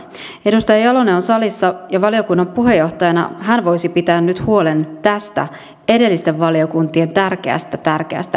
edustaja jalonen on salissa ja valiokunnan puheenjohtajana hän voisi pitää nyt huolen tästä edellisten valiokuntien tärkeästä tärkeästä linjauksesta